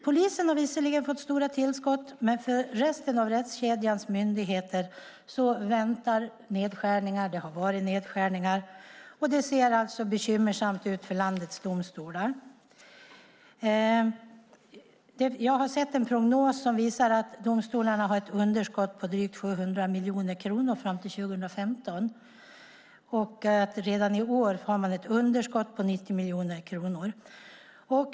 Polisen har visserligen fått stora tillskott, men för resten av rättskedjans myndigheter väntar nedskärningar. Det har varit nedskärningar, och det ser alltså bekymmersamt ut för landets domstolar. Jag har sett en prognos som visar att domstolarna har ett underskott på drygt 700 miljoner kronor fram till 2015 och att man redan i år har ett underskott på 90 miljoner kronor.